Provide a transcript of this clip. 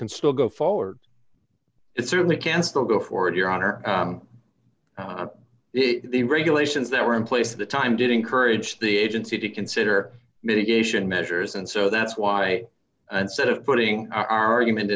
can still go forward it certainly can still go forward your honor the regulations that were in place at the time did encourage the agency to consider mitigation measures and so that's why and sort of putting our argument